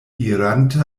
irante